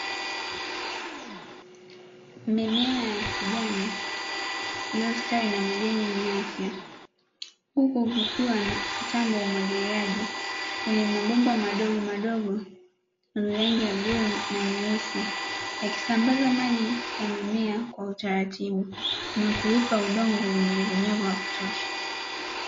Mimea ya kijani inayostawi na majani yenye Afya huku kukiwa na mtambo umwagiliaji wenye mabomba madogo madogo yenye rangi ya bluu na nyeusi yakisambaza maji kwa mimea kwa utaratibu na kuipa udongo unyevunyevu wa kutosha.